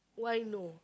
why no